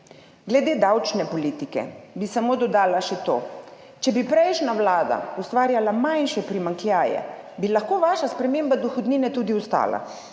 Glede davčne politike bi dodala samo še to – če bi prejšnja vlada ustvarjala manjše primanjkljaje, bi lahko vaša sprememba dohodnine tudi ostala,